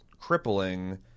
crippling